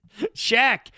Shaq